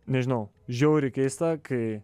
nežinau žiauriai keista kai